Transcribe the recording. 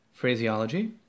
Phraseology